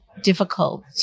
difficult